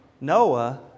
Noah